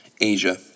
Asia